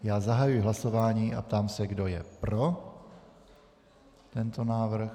Já zahajuji hlasování a ptám se, kdo je pro tento návrh.